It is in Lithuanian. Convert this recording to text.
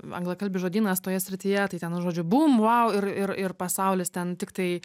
anglakalbis žodynas toje srityje tai ten žodžiu bum vau ir ir ir pasaulis ten tiktai